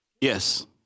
Yes